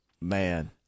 man